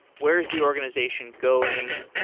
where is the organization going?